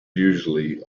usually